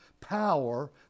power